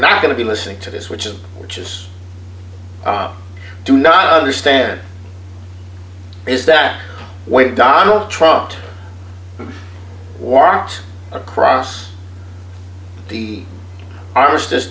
not going to be listening to this which is which is do not understand is that when donald trump wore out across the armistice